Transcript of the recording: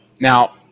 Now